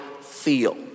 feel